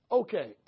okay